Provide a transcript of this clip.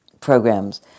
programs